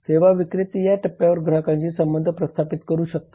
सेवा विक्रेते या टप्प्यावर ग्राहकांशी संबंध प्रस्थापित करू शकतात